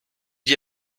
dir